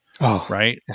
Right